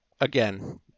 again